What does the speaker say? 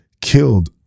killed